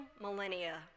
millennia